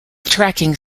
tracking